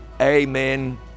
amen